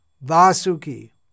vasuki